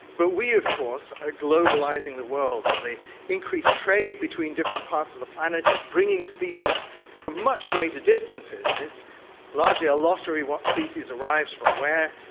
but we of course are globalising the world, and the increased trade between different parts of the planet is bringing species from much greater distances, and it's largely a lottery what species arrives from where.